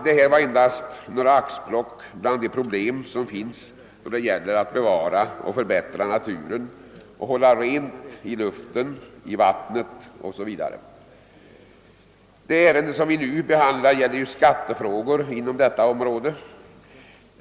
Det här var endast några axplock bland de problem som finns då det gäller att bevara och förbättra naturen och hålla rent i naturen, i luften och i vattnet. Det ärende som vi nu behandlar gäller ju skattefrågor inom detta område.